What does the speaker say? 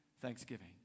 thanksgiving